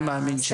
אני מאמין,